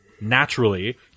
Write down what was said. naturally